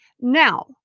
Now